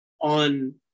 on